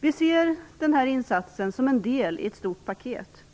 Vi ser denna insats som en del i ett stort paket.